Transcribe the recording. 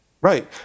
Right